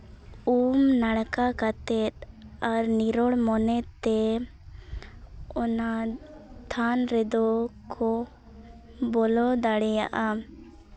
ᱩᱢ ᱱᱟᱲᱠᱟ ᱠᱟᱛᱮᱫ ᱟᱨ ᱱᱤᱨᱳᱲ ᱢᱚᱱᱮᱛᱮ ᱚᱱᱟ ᱛᱷᱟᱱ ᱨᱮᱫᱚ ᱠᱚ ᱵᱚᱞᱚ ᱫᱟᱲᱮᱭᱟᱜᱼᱟ